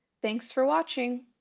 thanks for watching!